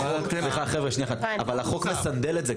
אבל החוק מסנדל את זה,